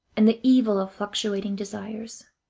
and the evil of fluctuating desires.